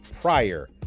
prior